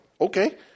Okay